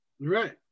Right